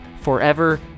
forever